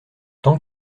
tant